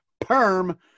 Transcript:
Perm